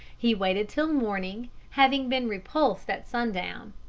he waited till morning, having been repulsed at sundown.